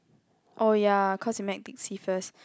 oh ya cause see first